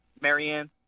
Marianne